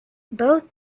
both